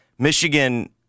Michigan